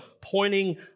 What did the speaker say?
pointing